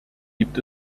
gibt